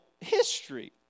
history